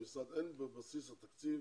למשרד אין בבסיס התקציב